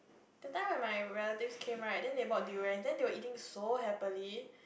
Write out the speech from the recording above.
that time when my relatives came right then they brought durians then they were eating so happily